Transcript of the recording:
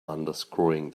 unscrewing